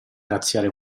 razziare